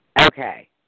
Okay